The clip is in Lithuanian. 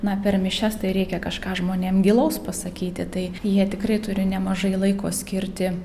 na per mišias tai reikia kažką žmonėm gilaus pasakyti taip jie tikrai turi nemažai laiko skirti